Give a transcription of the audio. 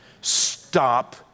Stop